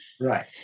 right